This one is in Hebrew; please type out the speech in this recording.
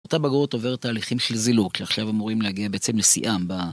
אותה בגרות עוברת תהליכים של זילות, שעכשיו אמורים להגיע בעצם לשיאם ב...